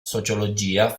sociologia